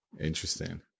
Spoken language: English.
Interesting